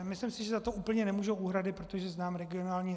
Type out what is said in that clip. Myslím si, že za to úplně nemůžou úhrady, protože znám regionální...